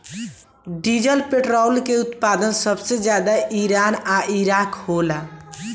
diesel petrol के उत्पादन सबसे ज्यादा ईरान आ इराक होला